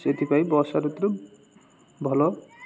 ସେଥିପାଇଁ ବର୍ଷା ଋତୁରେ ଭଲ